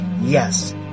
Yes